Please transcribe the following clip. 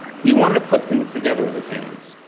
he wanted to put things together with his hands.